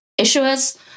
issuers